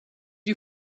you